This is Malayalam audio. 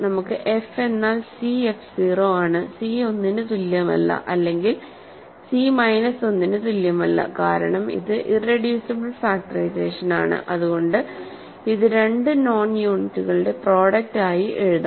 നമുക്ക് fഎന്നാൽ cf 0 ആണ് c 1 ന് തുല്യമല്ല അല്ലെങ്കിൽ c മൈനസ് 1 ന് തുല്യമല്ല കാരണം ഇത് ഇറെഡ്യൂസിബിൾ ഫാക്ടറൈസേഷനാണ് അതുകൊണ്ട് ഇത് രണ്ട് നോൺ യൂണിറ്റുകളുടെ പ്രോഡക്ട് ആയി എഴുതാം